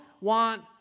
want